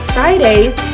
Fridays